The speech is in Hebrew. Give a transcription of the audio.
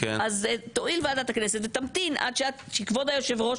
אז תואיל ועדת הכנסת ותמתין עד שכבוד היושב ראש